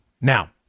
Now